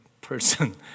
person